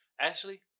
Ashley